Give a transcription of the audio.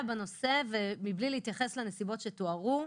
בנושא ומבלי להתייחס לנסיבות שתוארו,